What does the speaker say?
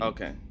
Okay